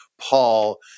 Paul